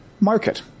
market